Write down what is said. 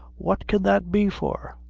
what can that be for?